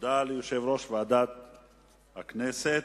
תודה ליושב-ראש ועדת הכנסת.